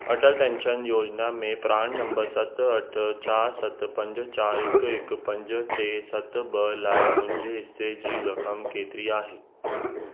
Atal pension योजना में PRAN number सत अठ चार सत पंज चार हिकु हिकु पंज टे सत ॿ लाइ मुंहिंजे हिसे जी रक़म केतिरी आहे